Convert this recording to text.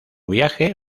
viaje